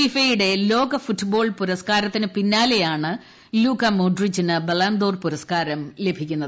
ഫിഫയുടെ ലോക ഫുട്ബോൾ പുരസ്കാരത്തിനു പിന്നാലെയാണ് ലൂക്ക മോഡ്രിച്ചിന് ബലന്ദോർ പുരസ്കാരം ലഭിക്കുന്നത്